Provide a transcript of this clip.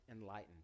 enlightened